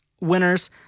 winners